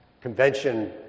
convention